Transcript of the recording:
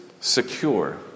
secure